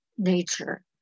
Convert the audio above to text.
Nature